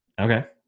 Okay